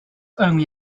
only